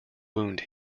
wound